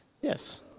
yes